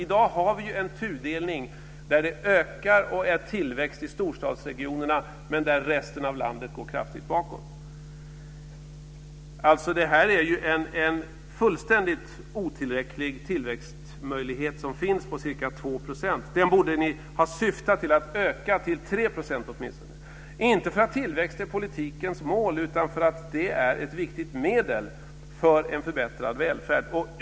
I dag har vi en tudelning där tillväxten ökar i storstadsregionerna men där resten av landet går kraftigt bakåt. Den tillväxtmöjlighet som finns på ca 2 % är fullständigt otillräcklig. Ni borde ha syftat till att öka den till åtminstone 3 %- inte för att tillväxt är politikens mål utan för att det är ett viktigt medel för en förbättrad välfärd.